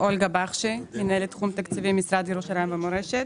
מנהלת תחום תקציבים, משרד ירושלים ומורשת.